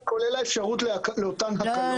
זה קיים, כולל האפשרות לאותן הקלות.